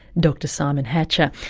dr simon hatcher.